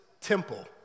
temple